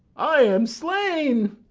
i am slain!